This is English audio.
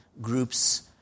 groups